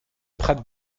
prat